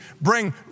bring